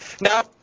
Now